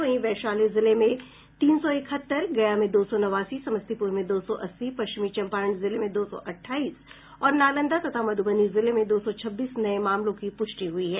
वहीं वैशाली जिले में तीन सौ इकहत्तर गया में दो सौ नवासी समस्तीपुर में दो सौ अस्सी पश्चिमी चंपारण जिले में दो सौ अठाईस और नालंदा तथा मध्बनी जिले में दो सौ छब्बीस नये मामलों की पुष्टि हुई है